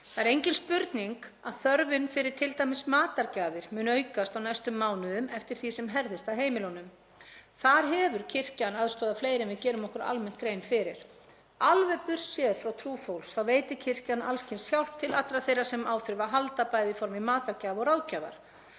Það er engin spurning að þörfin fyrir t.d. matargjafir mun aukast á næstu mánuðum eftir því sem herðist að heimilunum. Þar hefur kirkjan aðstoðað fleiri en við gerum okkur almennt grein fyrir. Alveg burtséð frá trú fólks þá veitir kirkjan alls kyns hjálp til allra þeirra sem á þurfa að halda, bæði í formi matargjafa og ráðgjafar.